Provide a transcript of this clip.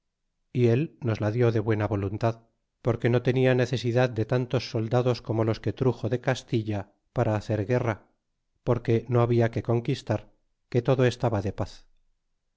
y el nos la dió de buena voluntad porque no tenia necesidad de tantos soldados como los que truxo de castilla para hacer guerra porque no habia que conquistar que todo estaba de paz